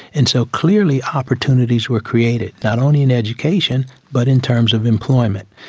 and so clearly opportunities were created, not only in education but in terms of employment.